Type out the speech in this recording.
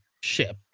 ship